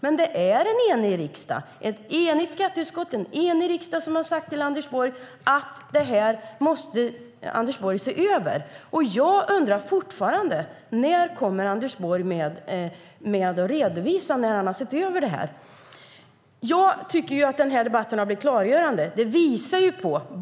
Men det är ett enigt skatteutskott och en enig riksdag som har sagt att det här måste Anders Borg se över. Och jag undrar fortfarande: När kommer Anders Borg med en redovisning av en översyn? Jag tycker att den här debatten är klargörande.